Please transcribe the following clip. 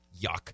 Yuck